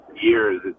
years